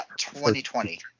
2020